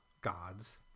gods